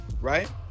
right